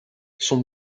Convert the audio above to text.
son